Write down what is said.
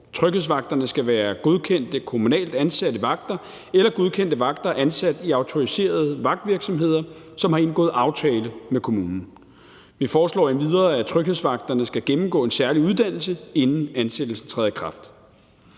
Tryghedsvagterne skal være godkendte kommunalt ansatte vagter eller godkendte vagter ansat i autoriserede vagtvirksomheder, som har indgået aftale med kommunen. Vi foreslår endvidere, at tryghedsvagterne skal gennemgå en særlig uddannelse, inden ansættelsen træder i kraft.